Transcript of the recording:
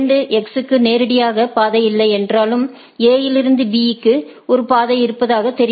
2 X க்கு நேரடியாக பாதை இல்லை என்றாலும் A இலிருந்து B க்கு ஒரு பாதை இருப்பதாகத் தெரிகிறது